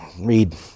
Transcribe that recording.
read